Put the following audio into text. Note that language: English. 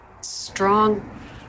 strong